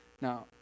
Now